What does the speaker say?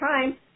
time